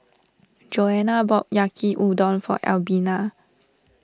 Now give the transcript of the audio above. Joanna bought Yaki Udon for Albina